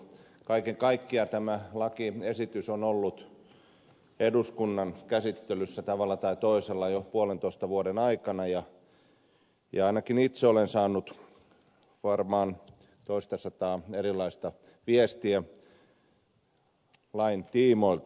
kaiken kaikkiaan tämä lakiesitys on ollut eduskunnan käsittelyssä tavalla tai toisella jo puolentoista vuoden ajan ja ainakin itse olen saanut varmaan toistasataa erilaista viestiä lain tiimoilta